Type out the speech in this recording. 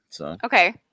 Okay